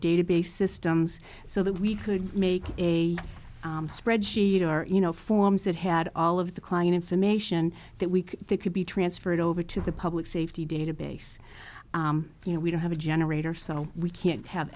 database systems so that we could make a spreadsheet our you know forms that had all of the client information that we could they could be transferred over to the public safety database you know we don't have a generator so we can't have